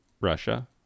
Russia